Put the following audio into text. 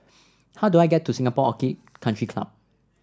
how do I get to Singapore Orchid Country Club